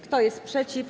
Kto jest przeciw?